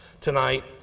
tonight